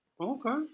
okay